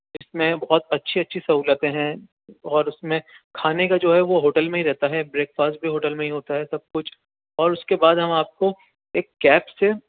جس میں بہت اچھی اچھی سہولیتیں ہیں اور اُس میں کھانے کا جو ہے وہ ہوٹل میں ہی رہتا ہے بریک فاسٹ بھی ہوٹل میں ہی ہوتا ہے سب کچھ اور اُس کے بعد ہم آپ کو ایک کیب سے